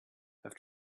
have